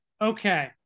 Okay